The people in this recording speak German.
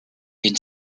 den